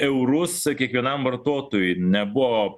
eurus kiekvienam vartotojui nebuvo